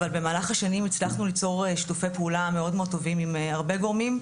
אבל במהלך השנים הצלחנו ליצור שיתופי פעולה מאוד טובים עם הרבה גורמים.